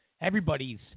Everybody's